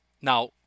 Now